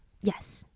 Yes